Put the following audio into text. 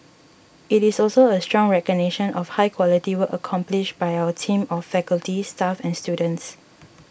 it is also a strong recognition of high quality work accomplished by our team of faculty staff and students